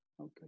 okay